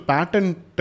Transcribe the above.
Patent